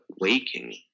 waking